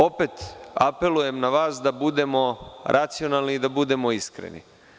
Opet, apelujem na vas da budemo racionalni i da budemo iskreni.